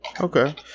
Okay